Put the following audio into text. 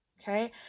okay